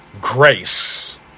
grace